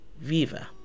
Viva